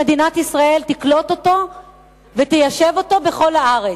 מדינת ישראל תקלוט אותו ותיישב אותו בכל הארץ,